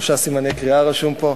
שלושה סימני קריאה רשומים פה,